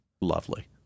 lovely